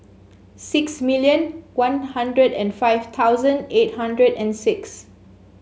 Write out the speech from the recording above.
six million One Hundred and five thousand eight hundred and six